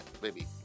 baby